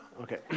Okay